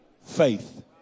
faith